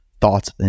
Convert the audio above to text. thoughts